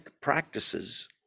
practices